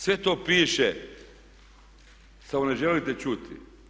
Sve to piše samo ne želite čuti.